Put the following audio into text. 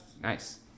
Nice